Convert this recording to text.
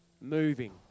moving